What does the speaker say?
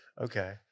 Okay